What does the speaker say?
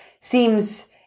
seems